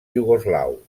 iugoslau